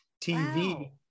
TV